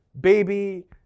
baby